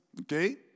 Okay